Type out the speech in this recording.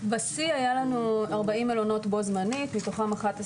בשיא היו לנו 40 מלונות בו זמנית, מתוכך 11